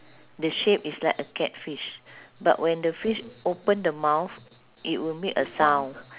the shape is like a catfish but when the fish open the mouth it will make a sound